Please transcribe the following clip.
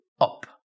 up